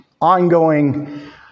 ongoing